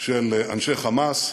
של אנשי "חמאס".